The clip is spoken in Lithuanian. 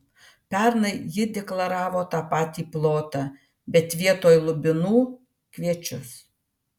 pernai ji deklaravo tą patį plotą bet vietoj lubinų kviečius